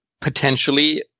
potentially